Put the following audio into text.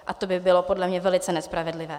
A to by bylo podle mě velice nespravedlivé.